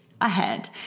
ahead